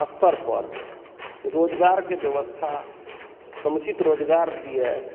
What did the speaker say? स्तरपर रोजगारके व्यवस्था समुचित रोजगार दियए